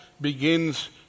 begins